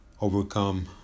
Overcome